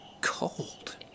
cold